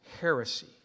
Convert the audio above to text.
heresy